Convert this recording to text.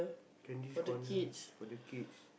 candies corner for the kids